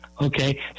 Okay